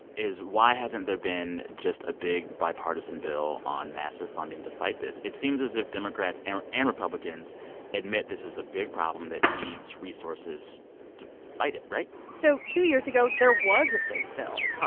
is why hasn't there been just a big bipartisan bill on massive funding to fight this? it seems as if democrats and and republicans admit this is a big problem that needs resources to fight it, right? so two years ago, there was a big bill.